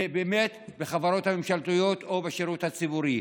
באמת בחברות הממשלתיות או בשירות הציבורי.